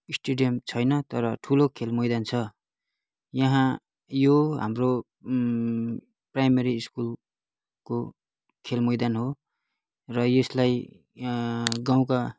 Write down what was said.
stadium छैन तर ठुलो खेल मैदान छ यहाँ यो हाम्रो प्राइमेरी स्कुलको खेल मैदान हो र यसलाई गाउँका